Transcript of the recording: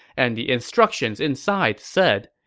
and the instructions inside said,